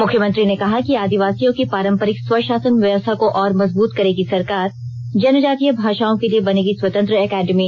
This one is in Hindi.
मुख्यमंत्री ने कहा कि आदिवासियों की पारंपरिक स्वशासन व्यवस्था को और मजबूत करेगी सरकार जनजातीय भाषाओं के लिए बनेगी स्वतंत्र एकेडमी